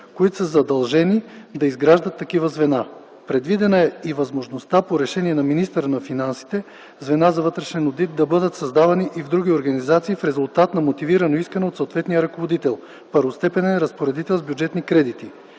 които са задължени да изграждат такива звена. Предвидена е и възможността по решение на министъра на финансите звена за вътрешен одит да бъдат създавани и в други организации в резултат на мотивирано искане от съответния ръководител – първостепенен разпоредител с бюджетни кредити.